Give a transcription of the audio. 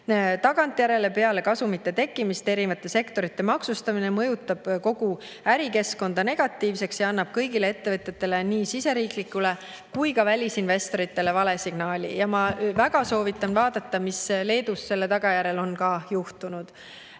Tagantjärele peale kasumite tekkimist erinevate sektorite maksustamine mõjutab kogu ärikeskkonda negatiivselt ja annab kõigile ettevõtjatele, nii siseriiklikele kui ka välisinvestoritele, vale signaali. Ma väga soovitan vaadata, mis Leedus selle tagajärjel on juhtunud.